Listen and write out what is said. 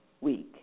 week